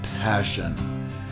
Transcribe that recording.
passion